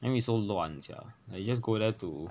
I mean it's so 乱 sia like you just go there to